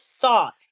thought